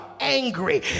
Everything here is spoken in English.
angry